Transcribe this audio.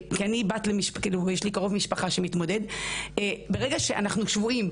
כי לי יש קרוב משפחה מתמודד - ברגע שאנחנו שבויים,